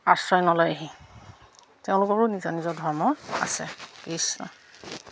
আশ্ৰয় নলয়হি তেওঁলোকৰো নিজৰ নিজৰ ধৰ্ম আছে কৃষ্ণ